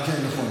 אה, כן, נכון.